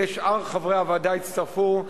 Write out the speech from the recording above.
ושאר חברי הוועדה הצטרפו,